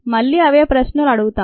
మళ్లీ అవే ప్రశ్నలు అడుగుతాం